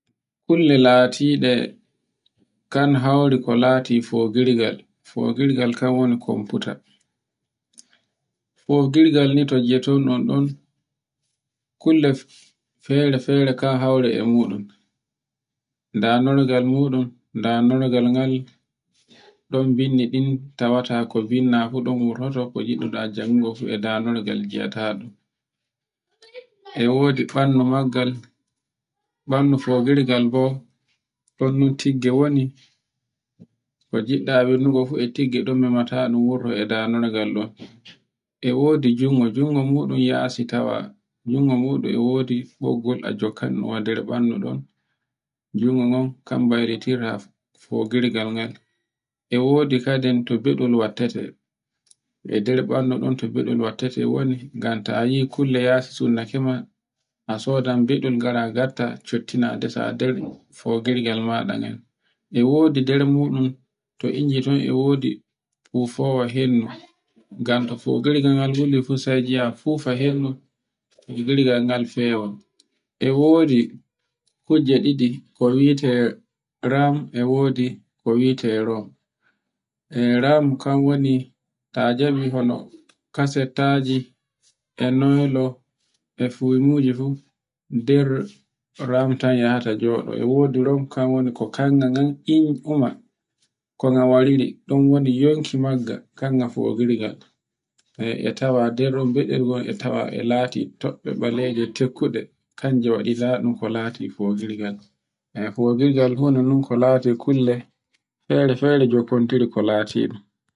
kulle latiɗe kan haure ko lati fo birgal, fogirgal kan woni komputa. Fogirgal ni to ngi'oɗon ɗu kulle fefe-fere kan haure e muɗum, danorgal muɗum, ndarolgal ngal ɗon binni ɗon tawato no binna fu ɗon wurtoto, ko ngiɗuɗa jango fu danorgal wi'ata ɗum. e wodi bandu maggal, bandu fogirgal ngal bo, bonnu tigge woni ko wurto e danorgal ngal.